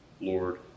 Lord